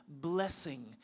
blessing